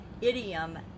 idiom